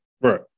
Right